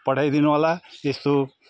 पठाइदिनुहोला य स्तो